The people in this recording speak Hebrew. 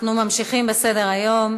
אנחנו ממשיכים בסדר-היום: